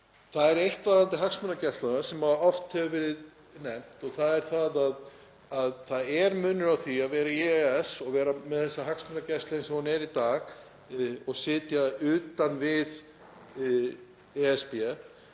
Það er eitt varðandi hagsmunagæsluna sem oft hefur verið nefnt og það er að það er munur á því að vera í EES og vera með þessa hagsmunagæslu eins og hún er í dag og sitja utan við ESB